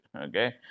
Okay